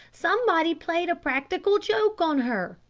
somebody played a practical joke on her.